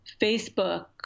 Facebook